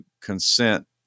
consent